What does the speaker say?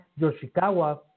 Yoshikawa